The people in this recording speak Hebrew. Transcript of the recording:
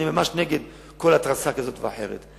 אני נגד כל התרסה כזאת או אחרת,